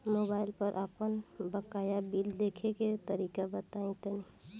Mobile पर आपन बाकाया बिल देखे के तरीका बताईं तनि?